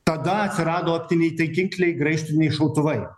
tada atsirado optiniai taikikliai graižtviniai šautuvai